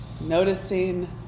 noticing